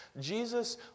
Jesus